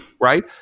right